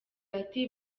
ati